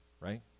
right